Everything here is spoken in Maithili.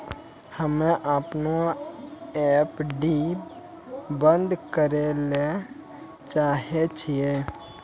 हम्मे अपनो एफ.डी बन्द करै ले चाहै छियै